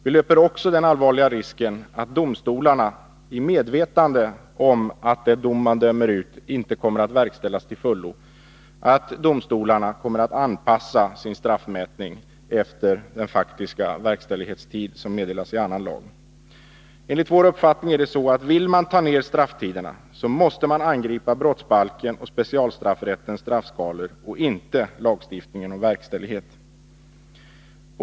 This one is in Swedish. Vi löper också den allvarliga risken att domstolarna, i medvetande om att den dom de dömer ut inte kommer att verkställas till fullo, kommer att anpassa sin straffmätning efter den faktiska verkställighetstid som meddelas i annan lag. Vill man minska strafftiderna, måste man enligt vår uppfattning angripa brottsbalken och specialstraffrättens straffskalor, inte lagstiftningen om verkställighet.